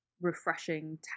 refreshing